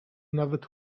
nawet